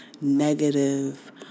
negative